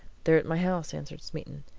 they're at my house, answered smeaton.